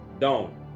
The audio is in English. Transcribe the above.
down